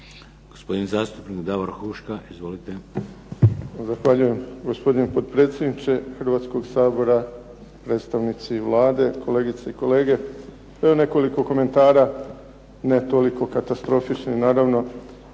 Gospodin zastupnik Davor Bernardić. Izvolite.